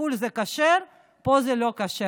בחו"ל זה כשר, פה זה לא כשר.